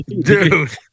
dude